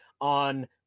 on